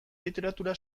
literatura